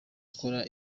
gukora